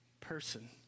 person